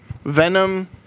Venom